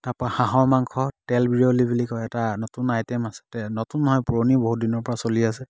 তাৰ পৰা হাঁহৰ মাংস তেল বিৰলি বুলি কয় এটা নতুন আইটেম আছে তে নতুন নহয় পুৰণি বহু দিনৰ পৰা চলি আছে